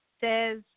says